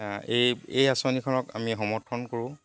এই এই আঁচনিখনক আমি সমৰ্থন কৰোঁ